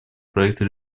проекта